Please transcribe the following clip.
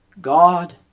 God